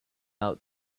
out